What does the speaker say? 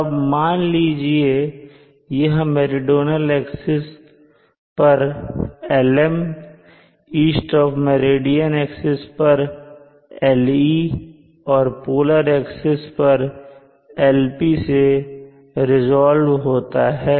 अब मान लीजिए यह मेरीडोनल एक्सिस पर Lm east of meridian axis पर Le और पोलर एक्सिस पर Lp से रीज़ाल्व्ड होता है